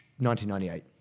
1998